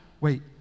Wait